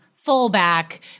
Fullback